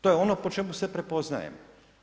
To je ono po čemu se prepoznajemo.